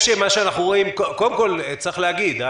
קודם כול צריך להגיד,